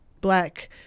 black